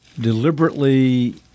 deliberately